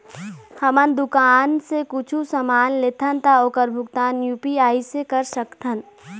हमन दुकान से कुछू समान लेथन ता ओकर भुगतान यू.पी.आई से कर सकथन?